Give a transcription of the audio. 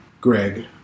Greg